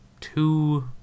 two